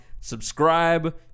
Subscribe